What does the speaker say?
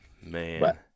man